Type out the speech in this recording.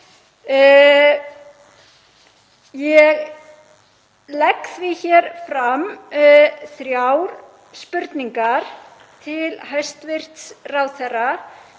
Ég legg því hér fram þrjár spurningar til hæstv. ráðherra.